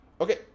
Okay